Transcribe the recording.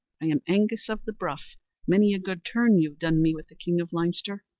i am angus of the bruff many a good turn you've done me with the king of leinster.